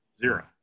Zero